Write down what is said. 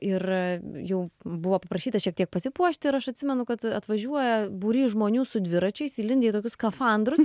ir jų buvo paprašyta šiek tiek pasipuošti ir aš atsimenu kad atvažiuoja būrys žmonių su dviračiais įlindę į tokius skafandrus